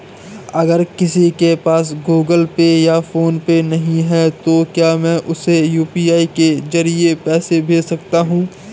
अगर किसी के पास गूगल पे या फोनपे नहीं है तो क्या मैं उसे यू.पी.आई के ज़रिए पैसे भेज सकता हूं?